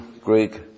Greek